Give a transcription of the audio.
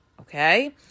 Okay